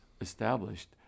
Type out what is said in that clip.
established